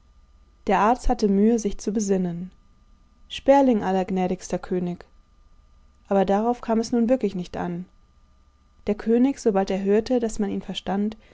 der arzt hatte mühe sich zu besinnen sperling allergnädigster könig aber darauf kam es nun wirklich nicht an der könig sobald er hörte daß man ihn verstand